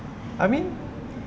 I mean